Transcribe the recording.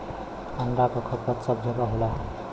अंडा क खपत सब जगह होला